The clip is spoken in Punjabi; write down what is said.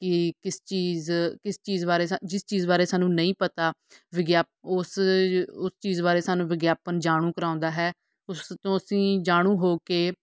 ਕਿ ਕਿਸ ਚੀਜ਼ ਕਿਸ ਚੀਜ਼ ਬਾਰੇ ਜਿਸ ਚੀਜ਼ ਬਾਰੇ ਸਾਨੂੰ ਨਹੀਂ ਪਤਾ ਵਿਗਿਆ ਉਸ ਉਸ ਚੀਜ਼ ਬਾਰੇ ਸਾਨੂੰ ਵਿਗਿਆਪਨ ਜਾਣੂ ਕਰਾਉਂਦਾ ਹੈ ਉਸ ਤੋਂ ਅਸੀਂ ਜਾਣੂ ਹੋ ਕੇ